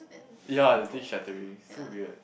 ya the thing shattering so weird